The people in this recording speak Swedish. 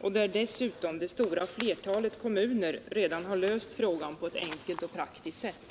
och där dessutom det stora flertalet kommuner redan har löst problemet på ett enkelt och praktiskt sätt.